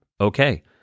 okay